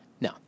No